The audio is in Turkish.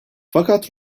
fakat